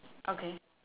okay